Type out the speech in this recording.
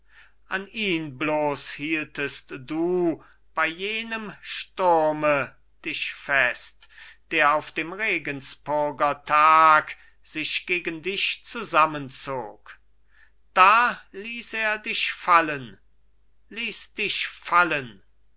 an ihn bloß hieltest du bei jenem sturme dich fest der auf dem regenspurger tag sich gegen dich zusammenzog da ließ er dich fallen ließ dich fallen